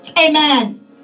Amen